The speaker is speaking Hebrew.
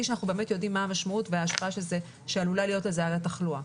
שאנחנו באמת יודעים מה המשמעות שעלולה להיות לזה על התחלואה.